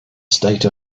state